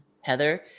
Heather